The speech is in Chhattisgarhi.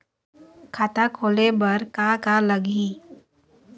खाता खोले बर का का लगही?